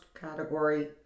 category